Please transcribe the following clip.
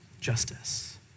justice